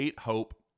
Hope